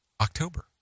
October